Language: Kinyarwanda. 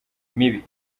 mibi